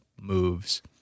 moves